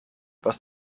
was